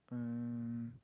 um